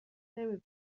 نمی